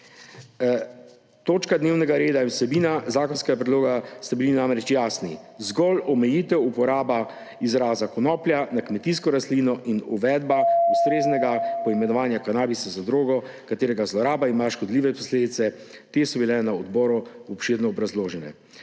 Točka dnevnega reda in vsebina zakonskega predloga sta bili namreč jasni, zgolj omejitev uporabe izraza konoplja na kmetijsko rastlino in uvedba ustreznega poimenovanja kanabis za drogo, katere zloraba ima škodljive posledice, te so bile na odboru obširno obrazložene.